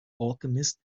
alchemist